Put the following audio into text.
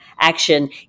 action